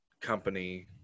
company